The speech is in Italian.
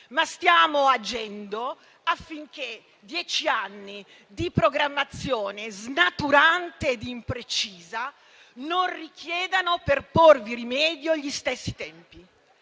ma stiamo agendo affinché dieci anni di programmazione snaturante ed imprecisa non richiedano per porvi rimedio gli stessi tempi.